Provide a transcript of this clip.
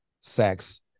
sex